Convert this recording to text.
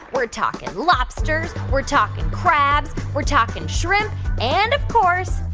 we're talking lobsters. we're talking crabs. we're talking shrimp and, of course,